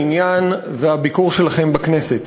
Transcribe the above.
העניין והביקור שלכם בכנסת.